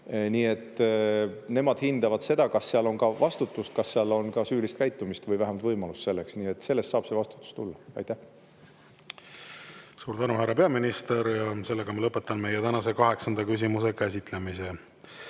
aru. Nemad hindavad seda, kas seal on ka vastutust, kas seal on ka süülist käitumist või vähemalt võimalus selleks. Nii et sellest saab see vastutus tulla. Suur tänu, härra peaminister! Ma lõpetan meie tänase kaheksanda küsimuse käsitlemise.